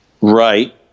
Right